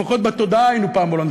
לפחות בתודעה היינו פעם הולנד,